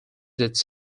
its